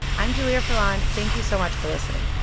i'm julia furlan. thank you so much for listening.